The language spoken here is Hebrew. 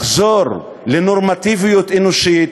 לחזור לנורמטיביות אנושית,